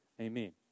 amen